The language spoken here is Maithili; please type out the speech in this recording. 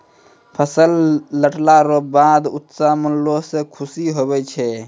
फसल लटला रो बाद उत्सव मनैलो से खुशी हुवै छै